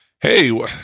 Hey